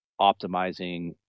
optimizing